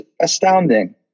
astounding